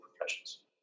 professions